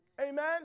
Amen